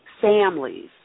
families